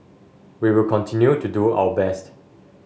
we will continue to do our best